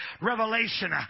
revelation